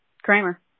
Kramer